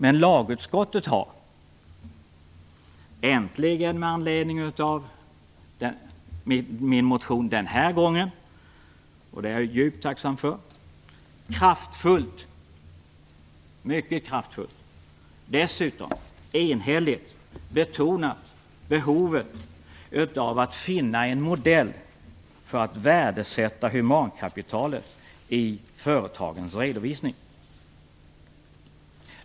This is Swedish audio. Men lagutskottet har - äntligen, med anledning av min motion den här gången, och det är jag djupt tacksam för - kraftfullt och dessutom enhälligt betonat behovet av att finna en modell för att värdesätta humankapitalet i företagens redovisning.